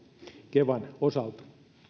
kevan osalta